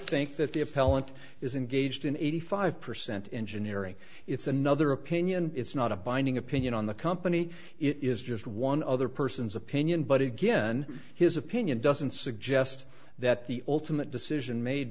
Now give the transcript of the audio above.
appellant is engaged in eighty five percent engineering it's another opinion it's not a binding opinion on the company it is just one other person's opinion but again his opinion doesn't suggest that the ultimate decision made